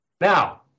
Now